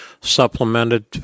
supplemented